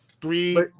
three